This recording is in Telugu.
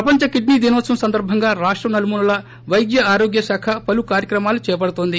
ప్రపంచ కిడ్సి దినోత్సవం సందర్భంగా రాష్టం నలుమూలలా వైద్య ఆరోగ్య శాఖ పలు కార్యక్రమాలు చేపడుతోంది